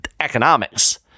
economics